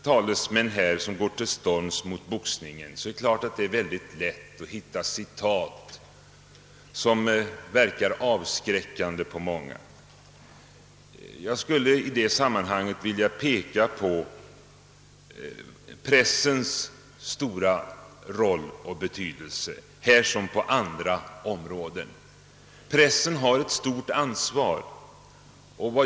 De som går till storms mot boxningen har haft lätt att hitta citat som verkar avskräckande för många. Jag skulle i detta sammanhang vilja peka på pressens stora roll — här som på andra områden.